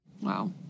Wow